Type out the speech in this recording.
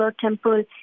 temple